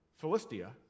Philistia